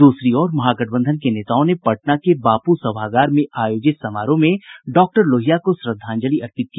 दूसरी ओर महागठबंधन के नेताओं ने पटना के बापू सभागार में आयोजित समारोह में डॉक्टर लोहिया को श्रद्धांजलि अर्पित की